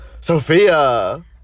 sophia